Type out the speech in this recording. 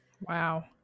Wow